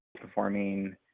performing